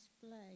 display